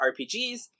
RPGs